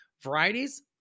varieties